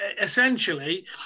essentially